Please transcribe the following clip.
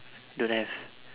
don't have